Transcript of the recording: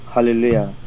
Hallelujah